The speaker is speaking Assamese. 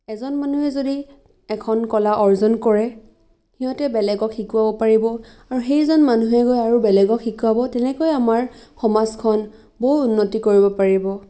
এজন মানুহে যদি এখন কলা অৰ্জন কৰে সিহঁতে বেলেগক শিকাব পাৰিব আৰু সেইজন মানুহে গৈ আৰু বেলেগক শিকাব তেনেকৈ আমাৰ সমাজখন বহু উন্নতি কৰিব পাৰিব